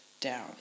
down